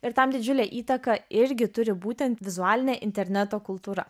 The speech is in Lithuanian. ir tam didžiulę įtaką irgi turi būtent vizualinė interneto kultūra